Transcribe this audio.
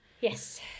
Yes